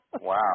Wow